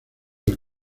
del